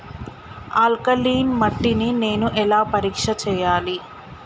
Alkaline మట్టి ని నేను ఎలా పరీక్ష చేయాలి?